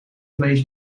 vlees